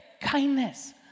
Kindness